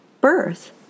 birth